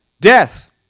death